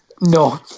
No